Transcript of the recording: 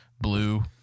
blue